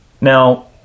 Now